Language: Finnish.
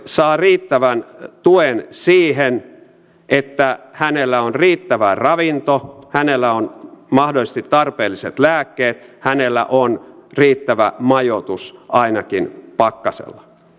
saa riittävän tuen siihen että hänellä on riittävä ravinto hänellä on mahdollisesti tarpeelliset lääkkeet hänellä on riittävä majoitus ainakin pakkasella